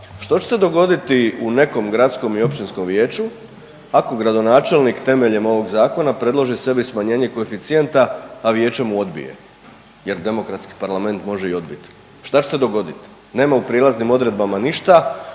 što će se dogoditi u nekom gradsko i općinskom vijeću ako gradonačelnik temeljem ovog Zakona predloži sebi smanjenje koeficijenta, a vijeće mu odbije jer demokratski parlament može i odbiti. Šta će se dogoditi? Nema u prijelaznim odredbama ništa,